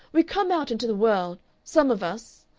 we come out into the world, some of us